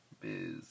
biz